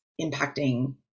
impacting